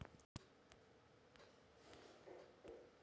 कड़कनाथ कुकरा ह सबले पहिली मध्य परदेस के झाबुआ जिला म मिलत रिहिस हे